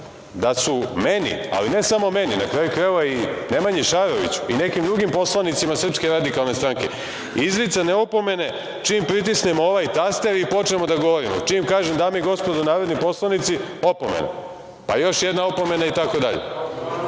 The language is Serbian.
da su meni, ali ne samo meni, na kraju krajeva i Nemanji Šaroviću i nekim drugim poslanicima SRS, izricane opomene čim pritisnemo ovaj taster i počnemo da govorimo. Čim kažem – dame i gospodo narodni poslanici, opomena, pa još jedna opomena, itd.